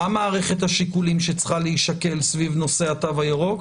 מה מערכת השיקולים שצריכה להישקל סביב נושא התו הירוק.